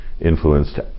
influenced